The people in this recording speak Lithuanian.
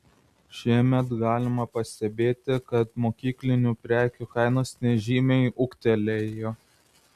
šiemet galima pastebėti kad mokyklinių prekių kainos nežymiai ūgtelėjo